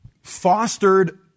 Fostered